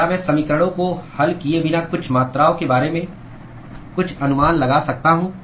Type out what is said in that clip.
क्या मैं समीकरणों को हल किए बिना कुछ मात्राओं के बारे में कुछ अनुमान लगा सकता हूँ